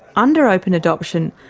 under open adoption,